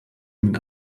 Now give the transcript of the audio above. mit